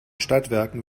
stadtwerken